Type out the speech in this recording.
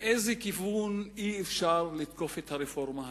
מאיזה כיוון אי-אפשר לתקוף את הרפורמה הזאת?